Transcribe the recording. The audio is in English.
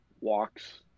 walks